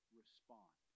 respond